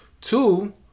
Two